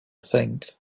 think